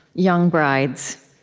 young brides,